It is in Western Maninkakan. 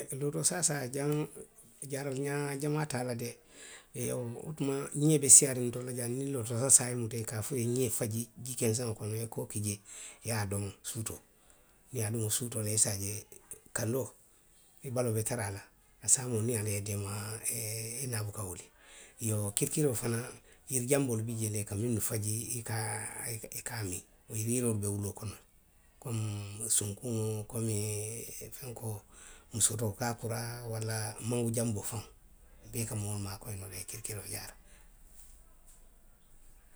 Lootoo saasaa jaŋ, jaaraariňaa jamaa te a la de. wo tuma ňiŋ ne be siiyaariŋ ntelu la jaŋ niw lootoo saasaa ye i muta, a ka a fo i ye i ňee faji jii kenseŋo kono i ye koo ki jee i ye a domo suutoo. niŋ i ye a domo suutoo la i se a je, kandoo, i baloo be taraa la; a saamoo niŋ ala ye i deemaa, e i niŋ a buka wuli iyoo kirikiroo fanaŋ. yiri janboolu bi jee le i ka minnu faji ika a, ika a miŋ wo yiroolu be wuloo kono le. komi sunkuŋo, komi uŋ fenkoo, musukotoo kaakuraa walla mangu janboo faŋo wolu bee ka moolu maakoyi le, i ka kirikiroo jaara. ŋ. ň